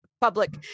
public